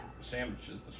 sandwiches